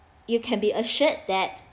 you can be assured that